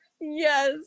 Yes